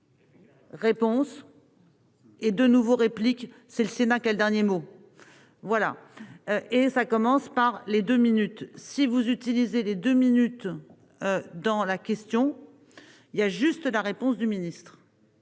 Réponse et de nouveau réplique c'est le Sénat, que le dernier mot, voilà et ça commence par les 2 minutes si vous utilisez des 2 minutes dans la question, il y a juste la réponse du ministre.